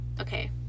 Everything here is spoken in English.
Okay